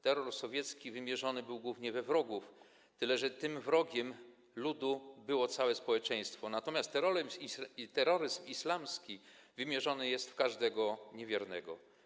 Terror sowiecki wymierzony był głównie we wrogów, tyle że tym wrogiem ludu było całe społeczeństwo, natomiast terroryzm islamski wymierzony jest w każdego niewiernego.